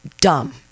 dumb